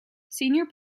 senior